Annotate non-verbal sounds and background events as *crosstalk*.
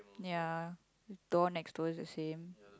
ya the door next door's the same *noise*